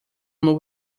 novo